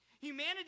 Humanity